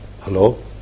Hello